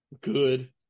good